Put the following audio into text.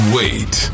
wait